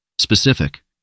Specific